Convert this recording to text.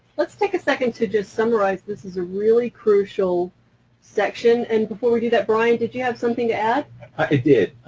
let's take a second to just summarize this is a really crucial section, and before we do that bryan, did you have something to add? bryan i did,